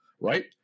right